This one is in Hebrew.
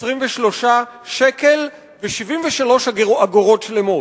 23 שקל ו-73 אגורות שלמות.